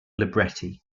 libretti